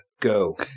go